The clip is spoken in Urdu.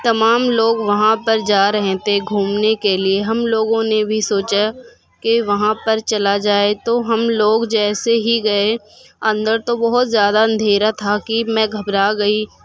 تمام لوگ وہاں پر جا رہے تھے گھومنے کے لیے ہم لوگوں نے بھی سوچا کہ وہاں پر چلا جائے تو ہم لوگ جیسے ہی گئے اندر تو بہت زیادہ اندھیرا تھا کہ میں گھبرا گئی